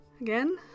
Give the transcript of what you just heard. Again